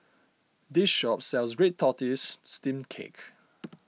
this shop sells Red Tortoise Steamed Cake